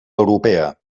europea